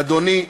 אדוני,